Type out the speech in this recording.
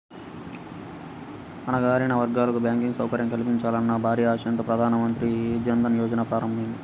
అణగారిన వర్గాలకు బ్యాంకింగ్ సౌకర్యం కల్పించాలన్న భారీ ఆశయంతో ప్రధాన మంత్రి జన్ ధన్ యోజన ప్రారంభమైంది